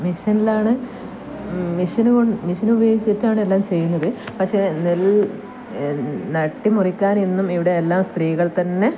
മിഷ്യനിലാണ് machine കൊണ്ട് machine ഉപയോഗിച്ചിട്ടാണ് എല്ലാം ചെയ്യുന്നത് പക്ഷേ നെല്ല് നട്ട് മുറിക്കാന് ഇന്നും ഇവിടെ എല്ലാം സ്ത്രീകള് തന്നെ